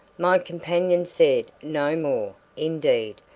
my companion said no more indeed,